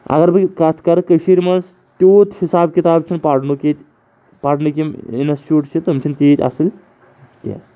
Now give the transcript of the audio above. اگر بہٕ کَتھ کَرٕ کٔشیٖرِ منٛز تیوٗت حِساب کِتاب چھُنہٕ پرنُک ییٚتہِ پَرنٕکۍ یِم اِنسٹیوٗٹ چھِ تِم چھِنہٕ تیٖتۍ اَصٕل کینٛہہ